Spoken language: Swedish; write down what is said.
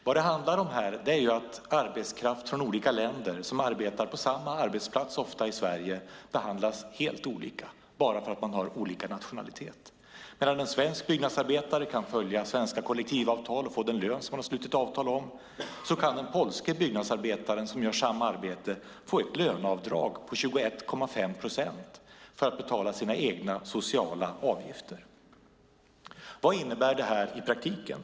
Vad det handlar om är att arbetskraft från olika länder som i Sverige arbetar på samma arbetsplats behandlas helt olika bara för att de har olika nationaliteter. Medan en svensk byggnadsarbetare kan följa svenska kollektivavtal och få den lön som man har slutit avtal om kan den polske byggnadsarbetaren som gör samma arbete få ett löneavdrag med 21,5 procent för att betala sina egna sociala avgifter. Vad innebär detta i praktiken?